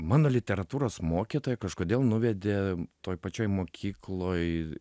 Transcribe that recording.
mano literatūros mokytoja kažkodėl nuvedė toj pačioj mokykloj